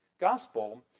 Gospel